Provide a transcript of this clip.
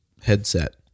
headset